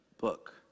Book